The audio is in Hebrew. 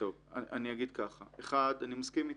אני מסכים איתך.